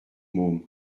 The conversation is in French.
môme